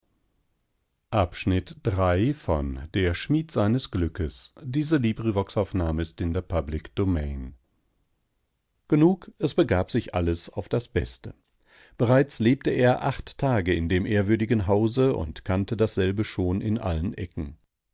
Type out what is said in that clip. genug es gab sich alles auf das beste bereits lebte er acht tage in dem ehrwürdigen hause und kannte dasselbe schon in allen ecken